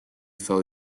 fell